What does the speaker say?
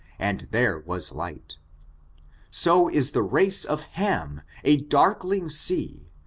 and there was light so is the race of ham, a darkling sea,